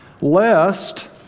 Lest